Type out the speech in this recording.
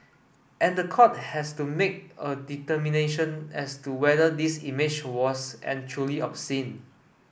and the court has to make a determination as to whether this image was and truly obscene